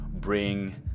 bring